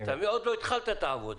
עוד לא התחלת את העבודה.